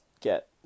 get